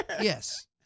Yes